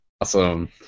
Awesome